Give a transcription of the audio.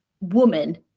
woman